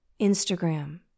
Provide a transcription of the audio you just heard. Instagram